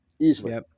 easily